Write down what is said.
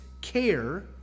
care